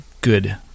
good